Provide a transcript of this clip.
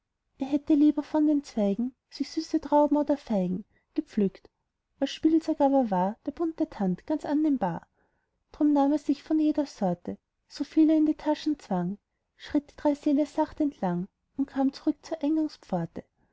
er hätte lieber von den zweigen sich süße trauben oder feigen gepflückt als spielzeug aber war der bunte tand ganz annehmbar drum nahm er sich von jeder sorte so viel er in die taschen zwang schritt die drei säle sacht entlang und kam zurück zur